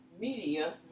Media